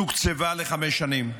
תוקצבה לחמש שנים.